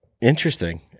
Interesting